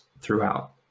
throughout